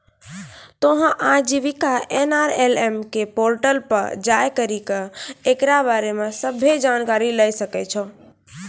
तोहें आजीविका एन.आर.एल.एम के पोर्टल पे जाय करि के एकरा बारे मे सभ्भे जानकारी लै सकै छो